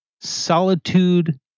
solitude